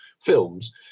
films